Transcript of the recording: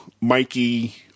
Mikey